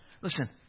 Listen